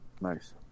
Nice